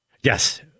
Yes